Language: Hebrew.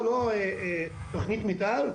לא תכנית מתאר,